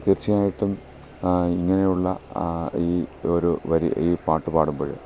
തീർച്ചയായിട്ടും ഇങ്ങനെയുള്ള ഈ ഒരു വരി ഈ പാട്ട് പാടുമ്പോൾ